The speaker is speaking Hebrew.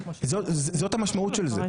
זאת המשמעות של זה,